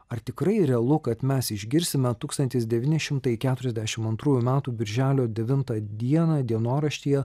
ar tikrai realu kad mes išgirsime tūkstantis devyni šimtai keturiasdešim antrųjų metų birželio devintą dieną dienoraštyje